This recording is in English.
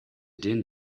din